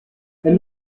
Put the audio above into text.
elle